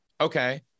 Okay